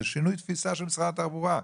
זה שינוי תפיסה של משרד התחבורה.